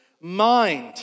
mind